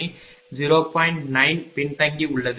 9 பின்தங்கி உள்ளது